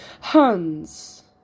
Hans